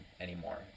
anymore